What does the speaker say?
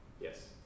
Yes